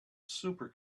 super